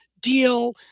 deal